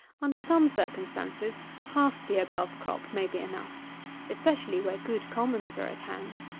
under some circumstances, half the above crop may be enough especially where good commons are at hand.